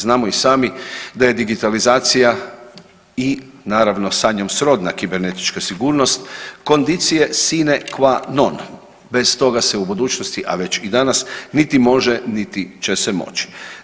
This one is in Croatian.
Znamo i sami da je digitalizacija i naravno sa njom srodna kibernetička sigurnost conditio sine qua non, bez toga se u budućnosti, a već i danas niti može niti će se moći.